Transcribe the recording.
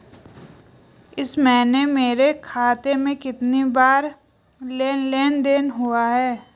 इस महीने मेरे खाते में कितनी बार लेन लेन देन हुआ है?